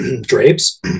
drapes